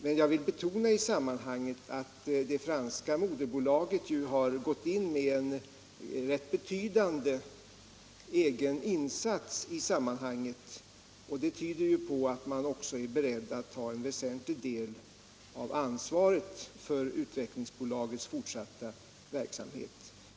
Men jag vill betona att det franska moderbolaget gjort en rätt betydande egen insats i sammanhanget. Det tyder på att man också är beredd att ta en väsentlig del av ansvaret för utvecklingsbolagets fortsatta verksamhet.